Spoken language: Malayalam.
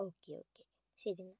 ഓക്കേ ഓക്കേ ശരി